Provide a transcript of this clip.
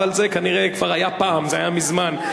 אבל זה כנראה היה פעם, זה היה מזמן.